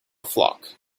flock